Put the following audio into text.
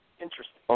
Interesting